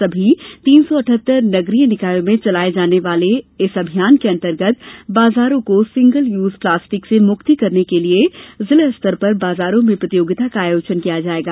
सभी नगरीय निकायो में चलाये जाने वाने इस अभियान के अंतर्गत बाजारों को सिंगल यूज प्लास्टिक से मुक्त करने के लिए जिला स्तर पर बाजारों में प्रतियोगिता का आयोजन किया जायेगा